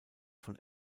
von